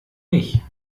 mich